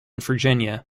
virginia